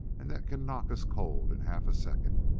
and that can knock us cold in half a second.